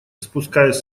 спускаясь